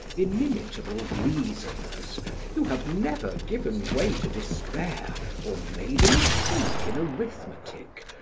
inimitable reasoners who have never given way to despair or made a mistake in arithmetic,